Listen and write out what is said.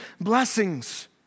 blessings